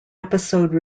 episode